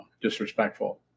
disrespectful